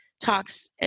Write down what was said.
talks